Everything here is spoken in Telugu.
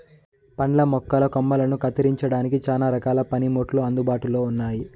పండ్ల మొక్కల కొమ్మలని కత్తిరించడానికి చానా రకాల పనిముట్లు అందుబాటులో ఉన్నయి